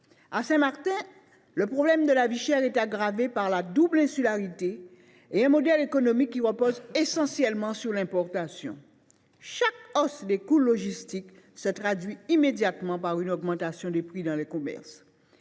À Saint Martin, le problème de la vie chère est aggravé par la double insularité et un modèle économique qui repose essentiellement sur l’importation. Chaque hausse des coûts logistiques se traduit immédiatement par une augmentation des prix dans les commerces.